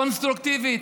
קונסטרוקטיבית,